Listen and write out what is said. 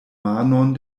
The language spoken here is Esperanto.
manon